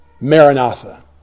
Maranatha